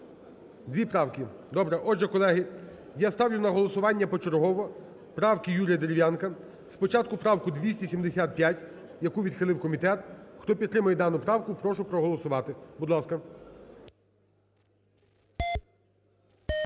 Дві правки. Добре. Отже, колеги, я ставлю на голосування почергово правки Юрія Дерев'янка. Спочатку правку 275, яку відхилив комітет. Хто підтримує дану правку, прошу проголосувати. Будь ласка.